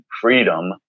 freedom